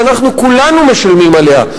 שאנחנו כולנו משלמים עליה,